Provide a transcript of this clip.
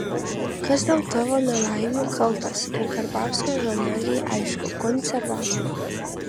kas dėl tavo nelaimių kaltas ir karbauskio žalmargei aišku konservatoriai